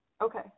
Okay